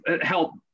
help